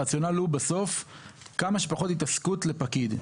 הרציונל הוא בסוף כמה שפחות התעסקות לפקיד.